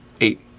eight